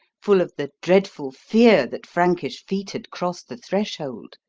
full of the dreadful fear that frankish feet had crossed the threshold,